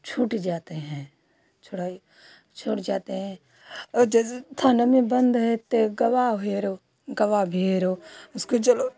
छूट जाते हैं छोड़ा छूट जाते हैं और जैसे थाना में बंद हैं तो गवाह भी हेरो गवाह भी हेरो उसको चलो